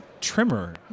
trimmer